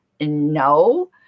no